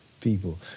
People